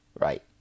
Right